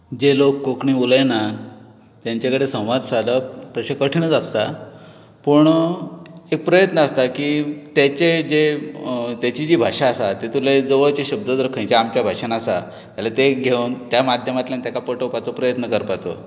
जे लोक कोंकणी उलयनात तेंचे कडेन संवाद सादप तशें कठीणूच आसता पूण एक प्रयत्न आसता की तेचे ते तेची जी भाशा आसा तातुंतले जवळशे शब्द खंयचे भाशेन आसा जाल्यार ते आमचे भाशेन आसा जाल्यार ते घेवन त्या माध्यमांतल्यान ताका पठोवपाचो प्रयत्न करपाचो